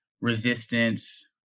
resistance